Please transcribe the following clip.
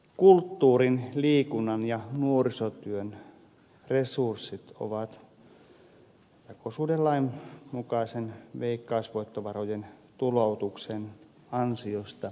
kulttuurin liikunnan ja nuorisotyön resurssit ovat jakosuhdelain mukaisen veikkausvoittovarojen tuloutuksen ansiosta hyvät